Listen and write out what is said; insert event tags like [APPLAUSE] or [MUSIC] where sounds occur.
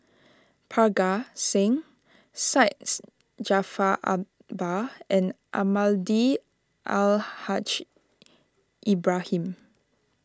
Parga Singh Syed [UNINTELLIGIBLE] Jaafar Albar and Almahdi Al Haj Ibrahim